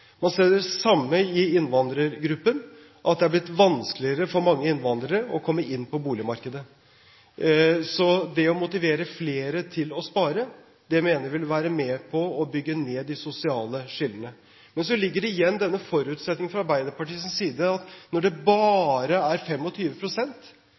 Man ser det samme i innvandrergruppen, at det er blitt vanskeligere for mange innvandrere å komme inn på boligmarkedet. Så det å motivere flere til å spare mener vi vil være med på å bygge ned de sosiale skillene. Men så ligger det igjen denne forutsetningen fra Arbeiderpartiets side om bare 25 pst. Jeg vil heller snu på det og si at det